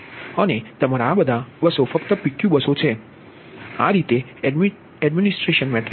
અને તમારા આ બધા બસો ફક્ત PQ બસો છે YY2Y21 અને આ રીતે એડમિનિસ્ટ્રેશન મેટ્રિક્સ છે